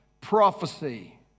prophecy